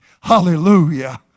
Hallelujah